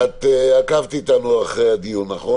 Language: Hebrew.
עקבת אחרי הדיון, נכון?